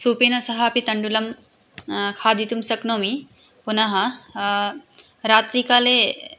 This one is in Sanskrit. सूपेन सह अपि तण्डुलं खादितुं शक्नोमि पुनः रात्रिकाले